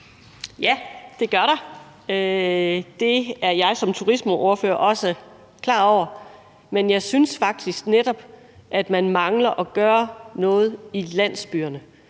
Ja, det gør der. Det er jeg som turismeordfører også klar over, men jeg synes faktisk, at man netop mangler at gøre noget i landsbyerne.